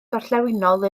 gorllewinol